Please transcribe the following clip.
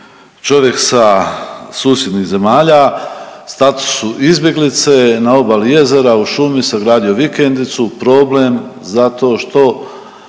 čovjek sa susjednih zemlja, u statusu izbjeglice na obali jezera u šumi sagradio vikendicu, problem zato što